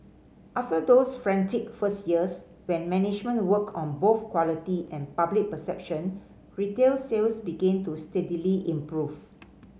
after those frantic first years when management worked on both quality and public perception retail sales began to steadily improve